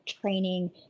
training